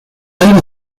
aire